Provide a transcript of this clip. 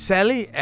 Sally